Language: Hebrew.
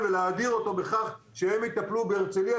ולהאדיר אותו בכך שהם יטפלו בהרצליה,